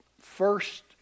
first